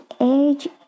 age